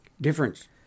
difference